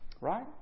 right